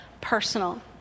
personal